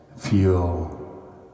Feel